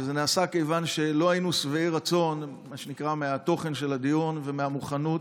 וזה נעשה מכיוון שלא היינו שבעי רצון מהתוכן של הדיון ומהמוכנות,